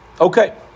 Okay